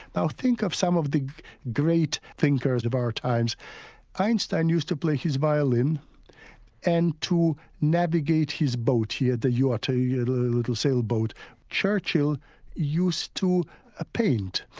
now think of some of the great thinkers of our times einstein used to play his violin and to navigate his boat he had a yacht, a yeah little little sail boat churchill used to ah paint.